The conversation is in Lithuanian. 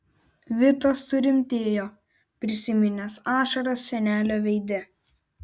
vitas surimtėjo prisiminęs ašaras senelio veide